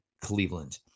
Cleveland